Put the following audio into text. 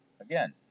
again